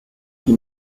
qui